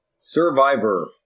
Survivor